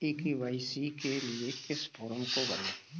ई KYC के लिए किस फ्रॉम को भरें?